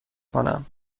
کنم